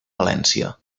valència